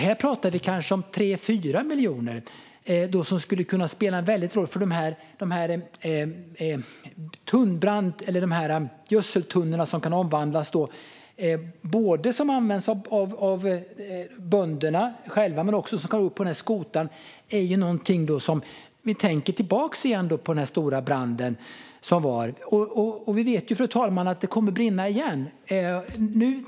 Här pratar vi om kanske 3-4 miljoner som skulle kunna spela en väldigt stor roll när det gäller gödseltunnorna som kan omvandlas och både användas av bönderna själva och gå upp på den här skotaren. Det är någonting som vi minns när vi tänker tillbaka på den här stora branden. Vi vet, fru talman, att det kommer att brinna igen.